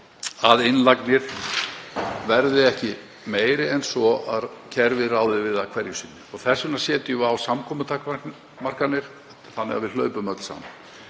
að innlagnir verði ekki fleiri en svo að kerfið ráði við það hverju sinni. Þess vegna setjum við á samkomutakmarkanir þannig að við hlaupum öll saman.